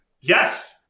Yes